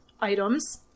items